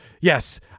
yes